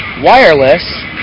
wireless